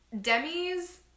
Demi's